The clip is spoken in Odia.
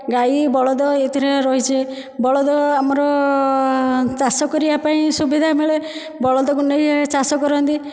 ଗାଈ ବଳଦ ଏଥିରେ ରହିଛେ ବଳଦ ଆମର ଚାଷ କରିବା ପାଇଁ ସୁବିଧା ମିଳେ ବଳଦକୁ ନେଇ ଚାଷ କରନ୍ତି